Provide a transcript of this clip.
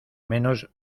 menos